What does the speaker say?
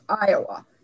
iowa